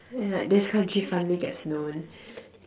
and like this country finally gets known